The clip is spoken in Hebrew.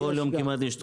כל יום כמעט יש דקירות,